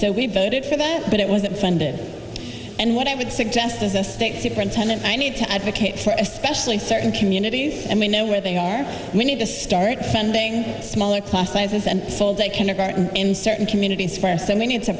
so we voted for that but it wasn't funded and what i would suggest as a state superintendent i need to advocate for especially in certain communities and we know where they are we need to start funding smaller class sizes and sold a kindergarten in certain communities for so many